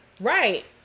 Right